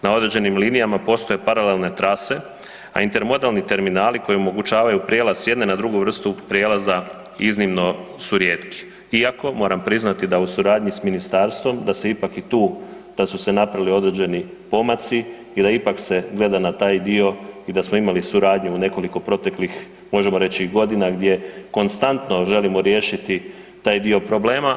Na određenim linijama postoje paralelne trase, a intermodelni terminali koji omogućavaju prijelaz s jedne na drugu vrstu prijelaza iznimno su rijetki, iako moram priznati da u suradnji sa ministarstvom da se ipak i tu da su se napravili određeni pomaci i da se ipak gleda i na taj dio i da smo imali suradnju u nekoliko proteklih, možemo reći godina gdje konstantno želimo riješiti taj dio problema.